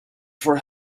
for